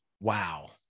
Wow